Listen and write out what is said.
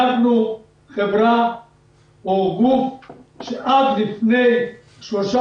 אנחנו חברה או גוף שעד לפני שלושה